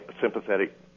sympathetic